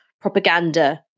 propaganda